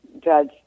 judge